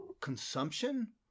consumption